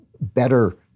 better